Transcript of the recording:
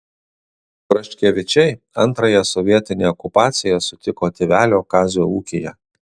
praškevičiai antrąją sovietinę okupaciją sutiko tėvelio kazio ūkyje